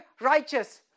righteous